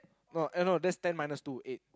no eh no that's ten minus two eight